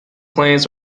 plants